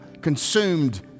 consumed